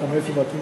מאיפה באתי?